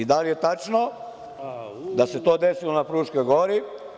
Da li je tačno da se to desilo na Fruškoj Gori?